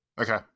Okay